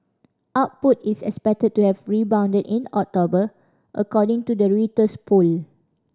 output is expected to have rebounded in October according to the Reuters poll